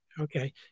okay